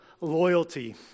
loyalty